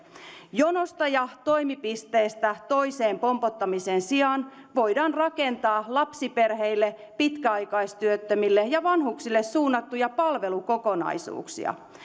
jonosta ja toimipisteestä toiseen pompottamisen sijaan voidaan rakentaa lapsiperheille pitkäaikaistyöttömille ja vanhuksille suunnattuja palvelukokonaisuuksia